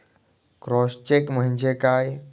Cross cheque म्हणजे काय?